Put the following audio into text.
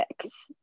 six